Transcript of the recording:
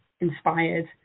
inspired